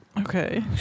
Okay